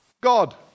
God